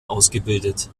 ausgebildet